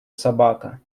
собака